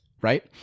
Right